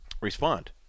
respond